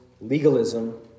legalism